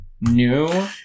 new